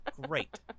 great